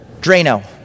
Drano